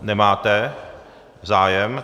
Nemáte zájem.